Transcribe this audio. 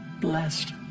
blessed